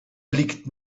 liegt